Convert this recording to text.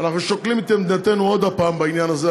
אנחנו שוקלים את עמדתנו עוד הפעם בעניין הזה.